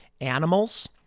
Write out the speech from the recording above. Animals